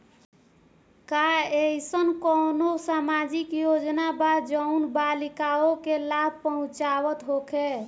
का एइसन कौनो सामाजिक योजना बा जउन बालिकाओं के लाभ पहुँचावत होखे?